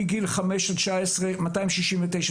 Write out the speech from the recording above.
מגיל חמש עד 19 269 ילדים.